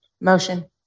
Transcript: motion